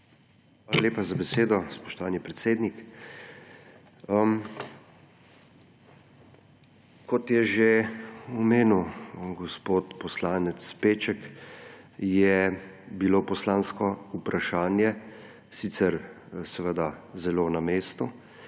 Hvala lepa za besedo, spoštovani predsednik. Kot je že omenil gospod poslanec Peček, je bilo poslansko vprašanje sicer seveda zelo na mestu